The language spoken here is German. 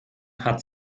hat